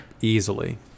easily